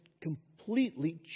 completely